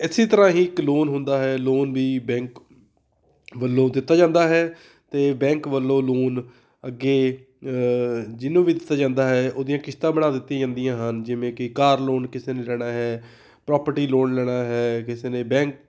ਇਸ ਤਰ੍ਹਾਂ ਹੀ ਇੱਕ ਲੋਨ ਹੁੰਦਾ ਹੈ ਲੋਨ ਵੀ ਬੈਂਕ ਵੱਲੋਂ ਦਿੱਤਾ ਜਾਂਦਾ ਹੈ ਅਤੇ ਬੈਂਕ ਵੱਲੋਂ ਲੋਨ ਅੱਗੇ ਜਿਹਨੂੰ ਵੀ ਦਿੱਤਾ ਜਾਂਦਾ ਹੈ ਉਹਦੀਆਂ ਕਿਸ਼ਤਾਂ ਬਣਾ ਦਿੱਤੀਆਂ ਜਾਂਦੀਆਂ ਹਨ ਜਿਵੇਂ ਕਿ ਕਾਰ ਲੋਨ ਕਿਸੇ ਨੇ ਲੈਣਾ ਹੈ ਪ੍ਰੋਪਰਟੀ ਲੋਨ ਲੈਣਾ ਹੈ ਕਿਸੇ ਨੇ ਬੈਂਕ